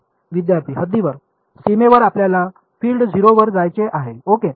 विद्यार्थीः हद्दीवर सीमेवर आपल्याला फील्ड 0 वर जायचे आहे ओके